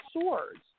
swords